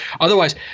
otherwise